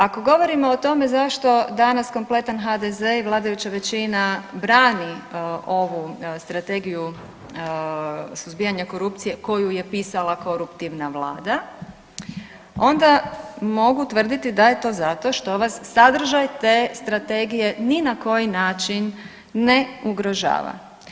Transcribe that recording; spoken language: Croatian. Ako govorimo o tome zašto danas kompletan HDZ i vladajuća većina brani ovu strategiju suzbijanja korupcije koju je pisala koruptivna vlada onda mogu tvrditi da je to zato što vas sadržaj te strategije ni na koji način ne ugrožava.